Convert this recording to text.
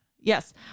Yes